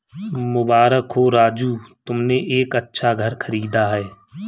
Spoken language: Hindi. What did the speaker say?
मुबारक हो राजू तुमने एक अच्छा घर खरीदा है